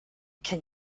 can